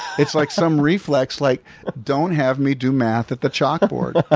it's like some reflex, like don't have me do math at the chalkboard. ah